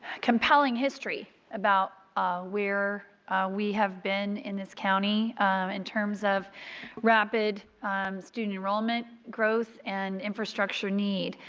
compelling history about where we have been in this county in terms of rapid student enrollment growth and infrastructure need.